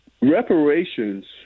reparations